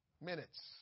minutes